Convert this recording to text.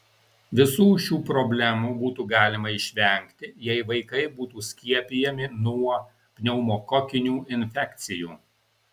visų šių problemų būtų galima išvengti jei vaikai būtų skiepijami nuo pneumokokinių infekcijų